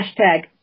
hashtag